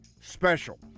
special